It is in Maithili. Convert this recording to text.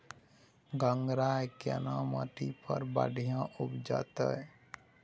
गंगराय केना माटी पर बढ़िया उपजते?